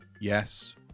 Yes